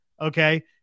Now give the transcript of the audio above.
okay